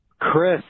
Chris